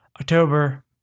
October